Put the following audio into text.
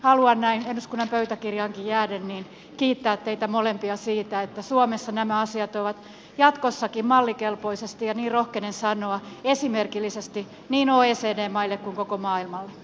haluan näin eduskunnan pöytäkirjaankin jääden kiittää teitä molempia siitä että suomessa nämä asiat ovat jatkossakin mallikelpoisesti ja rohkenen sanoa esimerkillisesti niin oecd maille kuin koko maailma